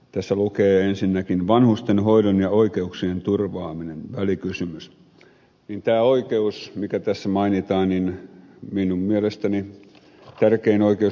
tässä lukee ensinnäkin vanhustenhoidon ja oikeuksien turvaaminen oli kysymys minkä oikeus mikä tässä mainitaan niin minun mielestäni kärkeen oikeus